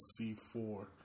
C4